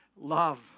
love